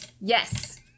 Yes